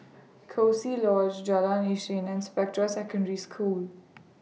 Coziee Lodge Jalan Isnin and Spectra Secondary School